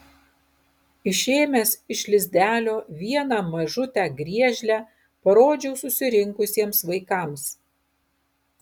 išėmęs iš lizdelio vieną mažutę griežlę parodžiau susirinkusiems vaikams